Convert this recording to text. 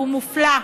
הוא מופלא,